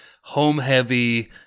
home-heavy